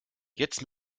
jetzt